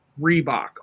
Reebok